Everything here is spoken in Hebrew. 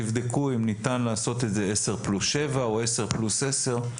תבדקו אם ניתן לעשות את זה עשר פלוס שבע או עשר פלוס עשר.